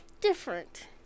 Different